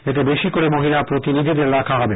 এতে বেশি করে মহিলা প্রতিনিধিদের রাখা হবে